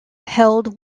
held